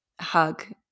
hug